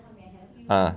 ah